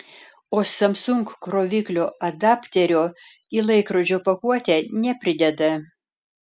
o samsung kroviklio adapterio į laikrodžio pakuotę neprideda